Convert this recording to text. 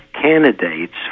candidates